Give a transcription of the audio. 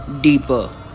deeper